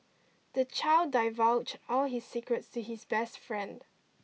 the child divulged all his secrets to his best friend